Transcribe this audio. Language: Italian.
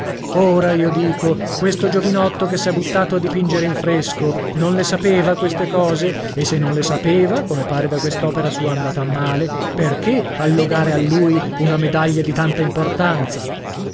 ora io dico questo giovinotto che s'è buttato a dipingere in fresco non le sapeva queste cose e se non le sapeva come pare da quest'opera sua andata a male perchè allogare a lui una medaglia di tanta importanza